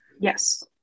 Yes